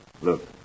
Look